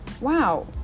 wow